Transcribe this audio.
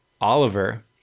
oliver